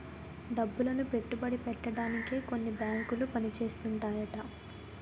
డబ్బులను పెట్టుబడి పెట్టడానికే కొన్ని బేంకులు పని చేస్తుంటాయట